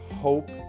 hope